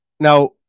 Now